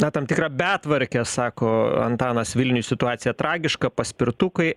na tam tikrą betvarkę sako antanas vilniuj situacija tragiška paspirtukai